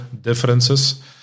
differences